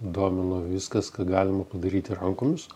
domino viskas ką galima padaryti rankomis